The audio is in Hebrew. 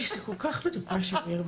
זה כל כך מטופש אביר,